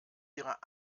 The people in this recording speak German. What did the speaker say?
ihrer